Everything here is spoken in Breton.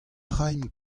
raimp